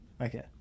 Okay